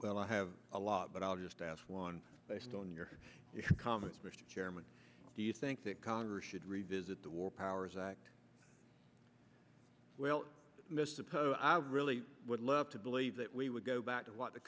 well i have a lot but i'll just ask one based on your comments mr chairman do you think that congress should revisit the war powers act well mr poe i really would love to believe that we would go back to what the